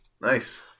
Nice